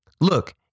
look